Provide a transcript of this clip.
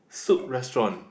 Soup Restaurant